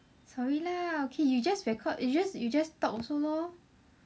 sorry lah okay you just record you just you just talk also lor